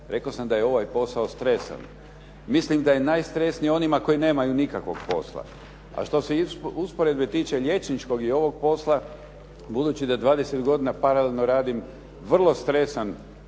Rekao sam je ovaj posao stresan. Mislim da je najstresniji onima koji nemaju nikakvog posla. A što se usporedbe tiče liječničkog i ovog posla budući da 20 godina paralelno radim vrlo stresan